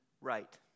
right